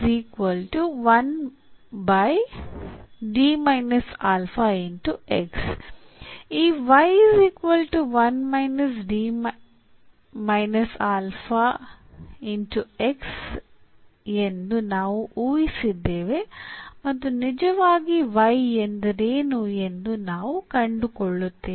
ಈ ಎಂದು ನಾವು ಊಹಿಸಿದ್ದೇವೆ ಮತ್ತು ನಿಜವಾಗಿ y ಎಂದರೇನು ಎಂದು ನಾವು ಕಂಡುಕೊಳ್ಳುತ್ತೇವೆ